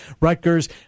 Rutgers